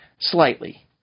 slightly